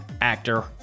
actor